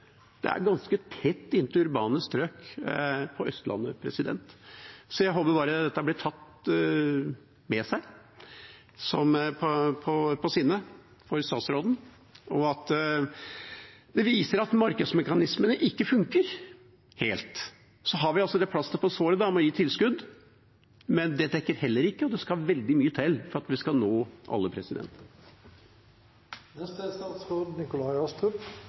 seg dette på minne, at det viser at markedsmekanismene ikke funker helt. Så har vi det plasteret på såret med å gi tilskudd, men det dekker det heller ikke, og det skal veldig mye til for at vi skal nå alle.